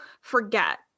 forget